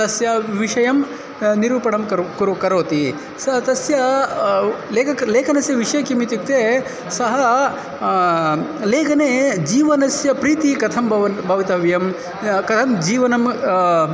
तस्य विषयं निरूपणं करोति कुरु करोति सः तस्य लेखकः लेखनस्य विषये किम् इत्युक्ते सः लेखने जीवनस्य प्रीतिः कथं भवन्ति भवितव्यं कथं जीवनं